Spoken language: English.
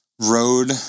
Road